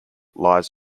lies